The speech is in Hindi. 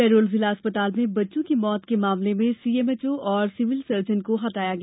शहडोल जिला अस्पताल में बच्चों की मौत के मामले में सीएमएचओ और सिविल सर्जन को हटाया गया